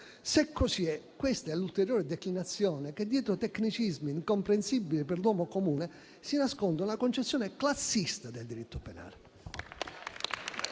Se così è, questa è l'ulteriore declinazione del fatto che, dietro tecnicismi incomprensibili per l'uomo comune, si nasconde una concezione classista del diritto penale.